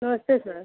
नमस्ते सर